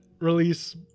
release